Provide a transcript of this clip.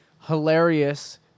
hilarious